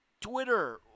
Twitter